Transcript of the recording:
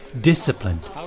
disciplined